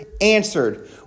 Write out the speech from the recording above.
answered